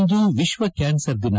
ಇಂದು ವಿಶ್ವ ಕ್ಯಾನ್ಸರ್ ದಿನ